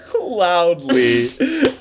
loudly